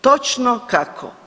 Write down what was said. Točno kako?